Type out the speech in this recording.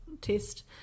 test